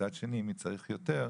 ומצד שני אם מישהו צריך יותר,